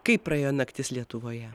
kaip praėjo naktis lietuvoje